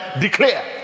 declare